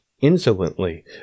insolently